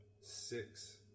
six